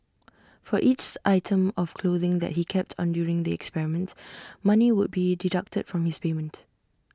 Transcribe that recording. for each item of clothing that he kept on during the experiment money would be deducted from his experiment